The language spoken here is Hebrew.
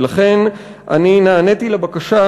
ולכן נעניתי לבקשה